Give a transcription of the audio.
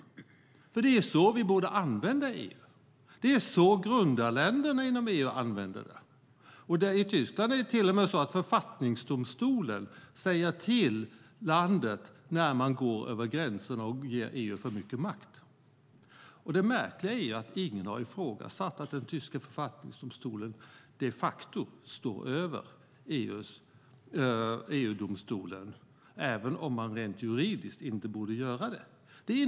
Det är nämligen så vi borde använda EU. Det är så grundarländerna inom EU använder det. I Tyskland är det till och med så att författningsdomstolen säger till landet när man går över gränserna och ger EU för mycket makt. Det märkliga är att ingen har ifrågasatt att den tyska författningsdomstolen de facto står över EU-domstolen, även om den rent juridiskt inte borde göra det.